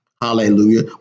hallelujah